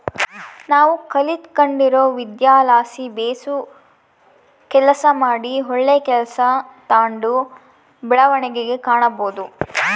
ನಾವು ಕಲಿತ್ಗಂಡಿರೊ ವಿದ್ಯೆಲಾಸಿ ಬೇಸು ಕೆಲಸ ಮಾಡಿ ಒಳ್ಳೆ ಕೆಲ್ಸ ತಾಂಡು ಬೆಳವಣಿಗೆ ಕಾಣಬೋದು